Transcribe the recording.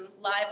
live